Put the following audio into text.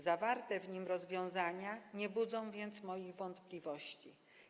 Zawarte w nim rozwiązania nie budzą więc moich wątpliwości.